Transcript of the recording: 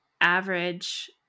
average